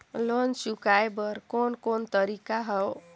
Loan चुकाए बर कोन कोन तरीका हवे?